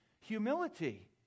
humility